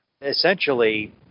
Essentially